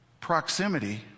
Proximity